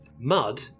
Mud